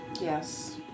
Yes